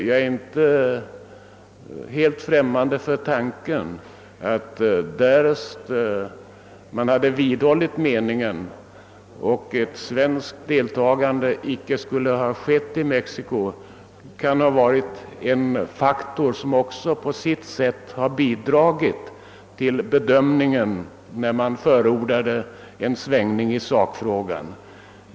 Jag är inte helt främmande för tanken att, därest man hade vidhållit att ett svenskt deltagande i olympiaden inte skulle ske, denna faktor också på sitt sätt skulle ha bidragit till en svängning vid bedömningen av sakfrågan.